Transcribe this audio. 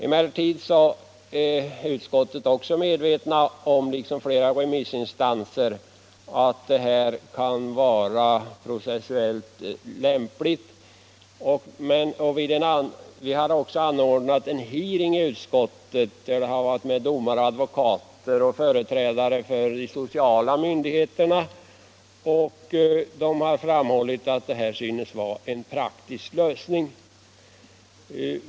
Emellertid är utskottet liksom flera remissinstanser medvetet om att detta kan vara processuellt lämpligt. Vi anordnade också en hearing i utskottet med domare, advokater och företrädare för de sociala myndigheterna, och de har framhållit att detta synes vara en praktisk lösning.